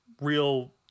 real